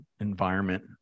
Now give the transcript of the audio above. environment